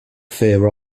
fear